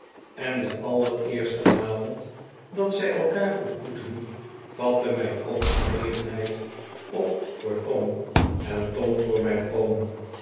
en den allereersten avond dat zij elkaar ontmoetten vatte mijn oom genegenheid op voor tom en tom voor mijn oom